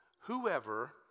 Whoever